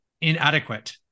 inadequate